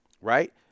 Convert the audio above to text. right